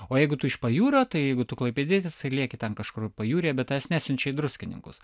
o jeigu tu iš pajūrio tai jeigu tu klaipėdietis tai lieki ten kažkur pajūryje bet tavęs nesiunčia į druskininkus